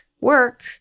work